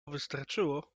wystarczyło